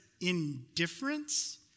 indifference